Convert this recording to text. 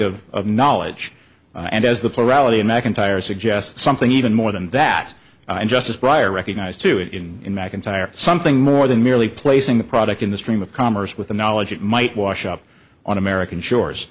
kind of knowledge and as the plurality macintyre suggests something even more than that and justice briar recognized to it in in mcintyre something more than merely placing the product in the stream of commerce with the knowledge it might wash up on american shores